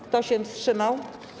Kto się wstrzymał?